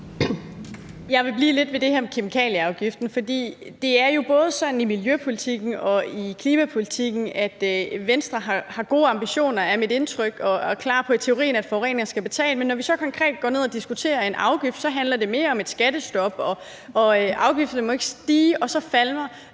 Jeg vil blive lidt ved det her med kemikalieafgiften, for det er jo både sådan i miljøpolitikken og i klimapolitikken, at Venstre har gode ambitioner – er det mit indtryk – og i teorien er klar på, at forureneren skal betale, men når vi så konkret går ned og diskuterer en afgift, så handler det mere om et skattestop, og at afgifterne ikke må stige; og så falmer